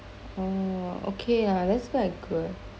orh okay lah that's quite good